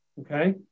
okay